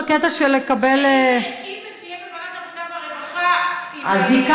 אם זה יהיה בוועדת העבודה והרווחה אז אולי שר הרווחה יבוא.